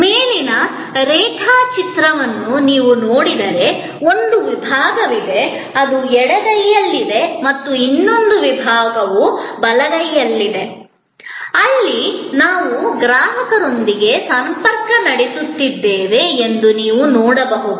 ಮೇಲಿನ ರೇಖಾಚಿತ್ರವನ್ನು ನೀವು ನೋಡಿದರೆ ಒಂದು ವಿಭಾಗವಿದೆ ಅದು ಎಡಗೈಯಲ್ಲಿದೆ ಮತ್ತು ಇನ್ನೊಂದು ವಿಭಾಗವು ಬಲಗೈಯಲ್ಲಿದೆ ಅಲ್ಲಿ ನಾವು ಗ್ರಾಹಕರೊಂದಿಗೆ ಸಂಪರ್ಕ ಸಾಧಿಸುತ್ತಿದ್ದೇವೆ ಎಂದು ನೀವು ನೋಡಬಹುದು